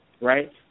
Right